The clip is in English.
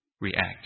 react